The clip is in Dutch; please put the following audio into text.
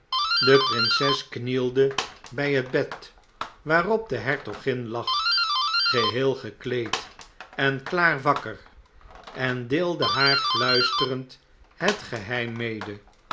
de prinses knielde bij het bed waarop de hertogin lag geheel gekleed en klaar wakkef en deelde haar fluisterend het geheim mede